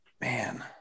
man